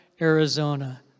Arizona